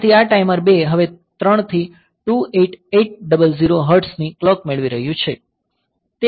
તેથી આ ટાઈમર 2 હવે 3 થી 28800 હર્ટ્ઝ ની ક્લોક મેળવી રહ્યું છે